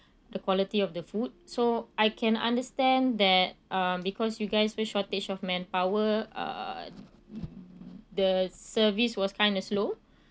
the quality of the food so I can understand that uh because you guys with shortage of manpower uh the service was kind of slow